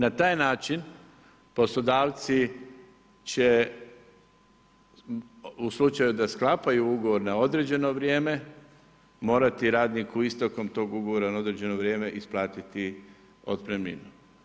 Na taj način poslodavci će u slučaju da sklapaju ugovor na određeno vrijeme morati radniku istekom tog ugovora na određeno vrijeme isplatiti otpremninu.